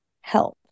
help